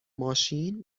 ماشین